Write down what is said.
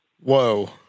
Whoa